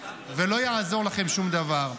ולא יעזור לכם שום דבר.